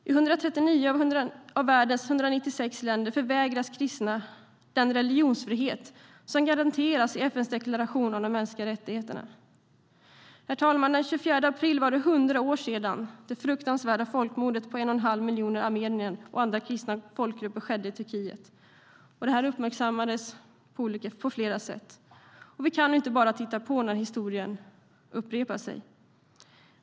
I 139 av världens 196 länder förvägras kristna den religionsfrihet som garanteras i FN:s deklaration om de mänskliga rättigheterna. Herr talman! Den 24 april var det 100 år sedan det fruktansvärda folkmordet på 1 1⁄2 miljon armenier och andra kristna folkgrupper skedde i Turkiet, vilket uppmärksammades på flera olika sätt. Vi kan inte bara titta på när historien upprepar sig.